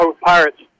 Pirates